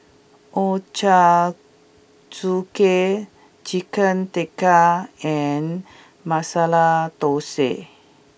Ochazuke Chicken Tikka and Masala Dosa